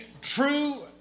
true